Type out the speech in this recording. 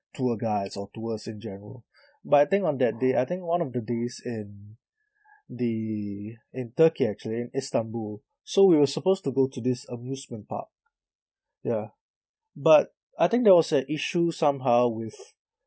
tour guides or tours in general but I think on that day I think one of the days in the in turkey actually istanbul so we were supposed to go to this amusement park ya but I think there was a issue somehow with